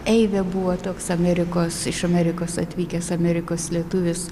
eivė buvo toks amerikos iš amerikos atvykęs amerikos lietuvis